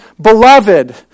Beloved